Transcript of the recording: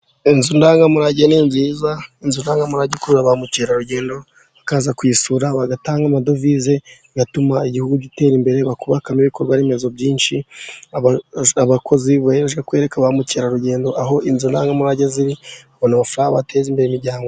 Inzu ndangamurage ni nziza. Inzu ndangamurage ikurura ba mukerarugendo bakaza kusura bagatanga amadovize bigatuma igihugu gitera imbere, bakubakamo ibikorwa remezo byinshi, abakozi bo bohejwe kwereka ba mukerarugendo aho, Inzu ndangamurage ziri, banona amafaranga ateza imbere imiryango.